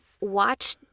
watch